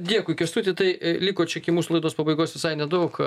dėkui kęstuti tai liko čia iki mūsų laidos pabaigos visai nedaug